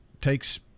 takes